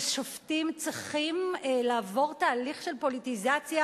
שופטים צריכים לעבור תהליך של פוליטיזציה